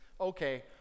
okay